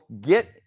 get